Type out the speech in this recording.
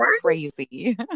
crazy